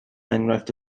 enghraifft